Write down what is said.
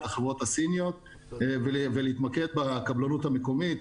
את החברות הסיניות ולהתמקד בקבלנות המקומית.